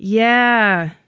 yeah.